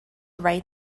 write